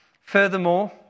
furthermore